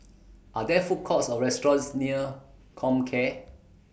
Are There Food Courts Or restaurants near Comcare